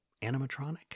animatronic